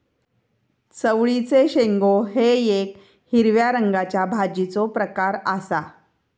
चवळीचे शेंगो हे येक हिरव्या रंगाच्या भाजीचो प्रकार आसा